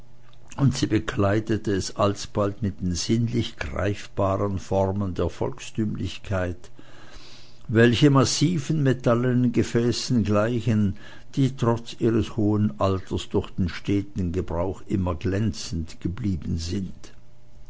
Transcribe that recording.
und sie bekleidete es alsbald mit den sinnlich greifbaren formen der volkstümlichkeit welche massiven metallenen gefäßen gleichen die trotz ihres hohen alters durch den steten gebrauch immer glänzend geblieben sind